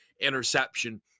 interception